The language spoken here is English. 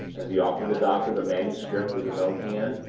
as he offered the doctor the manuscript with his own hand.